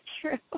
true